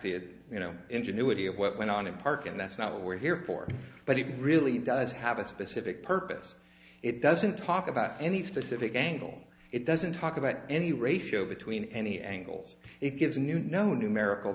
that you know ingenuity of what went on in park and that's not what we're here for but it really does have a specific purpose it doesn't talk about any fish if it angle it doesn't talk about any ratio between any angles it gives new no numerical